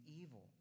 evil